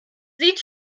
sieht